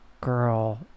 girl